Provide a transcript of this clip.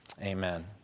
Amen